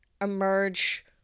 emerge